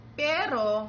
pero